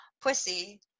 pussy